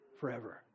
forever